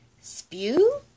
SPEW